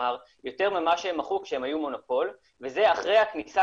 כלומר יותר ממה שהם מכרו כשהם היו מונופול וזה אחרי הכניסה,